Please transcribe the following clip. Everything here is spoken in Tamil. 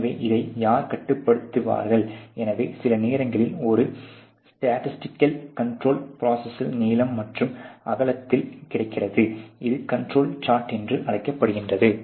எனவே இதை யார் கட்டுப்படுத்துவார்கள் எனவே சில நேரங்களில் ஒரு ஸ்டாடிஸ்டிக்கால்க் கட்டுப்பாடு ப்ரோசஸின் நீளம் மற்றும் அகலத்தில் கிடைக்கிறது இது கண்ட்ரோல் சார்ட் என்று அழைக்கப்படுகிறது